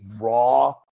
raw